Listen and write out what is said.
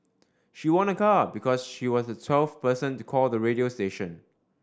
she won a car because she was the twelfth person to call the radio station